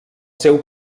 seu